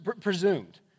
presumed